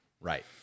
Right